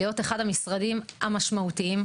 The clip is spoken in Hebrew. להיות אחד המשרדים המשמעותיים,